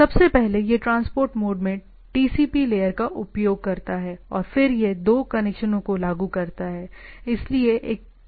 सबसे पहले यह ट्रांसपोर्ट मोड में TCP लेयर का उपयोग करता है और फिर यह दो कनेक्शनों को लागू करता है